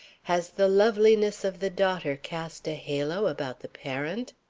has the loveliness of the daughter cast a halo about the parent?